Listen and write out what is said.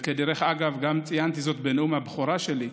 דרך אגב, גם ציינתי זאת בנאום הבכורה שלי: